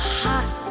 hot